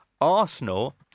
Arsenal